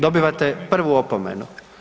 Dobivate prvu opomenu.